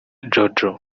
jojo